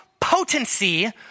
potency